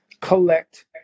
collect